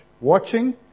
watching